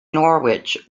norwich